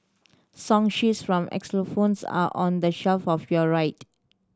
song sheets from xylophones are on the shelf of your right